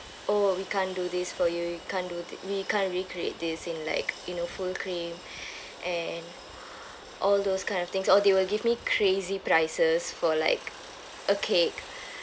oh we can't do this for you you can't do thi~ we can't recreate this in like you know full cream and all those kind of things or they will give me crazy prices for like a cake